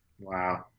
Wow